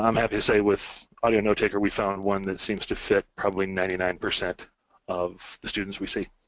i'm happy to say with audio notetaker, we found one that seems to fit probably ninety nine percent of the students we see.